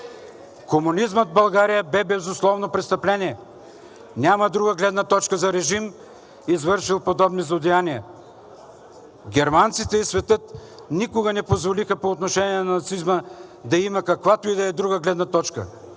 Комунизмът в България бе безусловно престъпление. Няма друга гледна точка за режима, извършил подобни злодеяния. Германците и светът никога не позволиха по отношение на нацизма да има каквато и да е друга гледна точка,